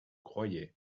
croyais